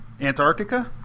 antarctica